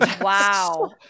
Wow